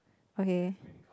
okay